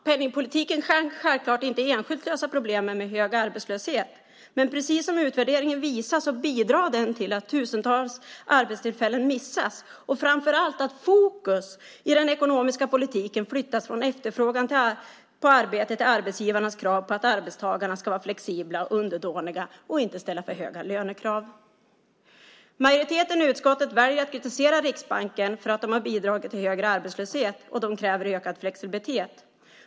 Penningpolitiken kan självklart inte enskilt lösa problemen med hög arbetslöshet. Men precis som utvärderingen visar bidrar den till att tusentals arbetstillfällen missas och framför allt att fokus i den ekonomiska politiken flyttas från efterfrågan på arbete till arbetsgivarnas krav på att arbetstagarna ska vara flexibla, underdåniga och inte ställa för höga lönekrav. Majoriteten i utskottet väljer att kritisera Riksbanken för att den har bidragit till högre arbetslöshet, och de kräver ökad flexibilitet.